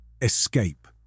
Escape